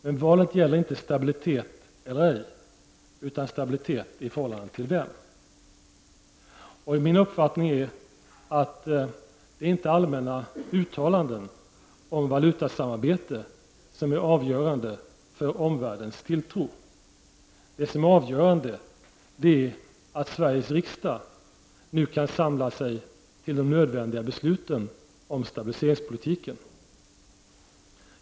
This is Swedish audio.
Men valet gäller inte stabilitet eller ej, utan stabilitet i förhållande till vem. Min uppfattning är att det inte är allmänna uttalanden om valutasamarbete som är avgörande för omvärldens tilltro. Det avgörande är att Sveriges riksdag nu kan samla sig till de nödvändiga besluten om stabiliseringspolitiken.